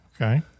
Okay